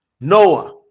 Noah